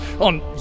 on